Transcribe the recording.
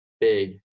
big